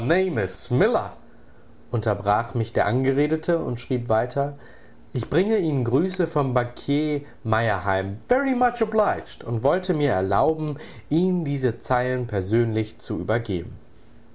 unterbrach mich der angeredete und schrieb weiter ich bringe ihnen grüße vom bankier meyerheim very much obliged und wollte mir erlauben ihnen diese zeilen persönlich zu übergehen